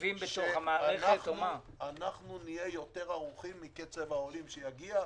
אנחנו נהיה יותר ערוכים מקצב העולים שיגיע,